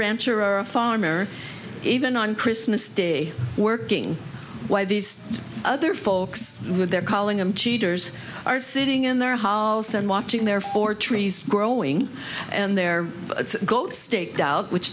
rancher or a farmer even on christmas day working why these other folks with they're calling them cheaters are sitting in their halls and watching their four trees growing and their goats staked out which